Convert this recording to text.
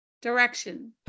direction